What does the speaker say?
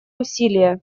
усилия